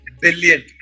billion